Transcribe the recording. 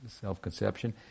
self-conception